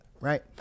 right